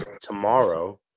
tomorrow